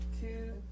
two